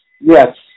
Yes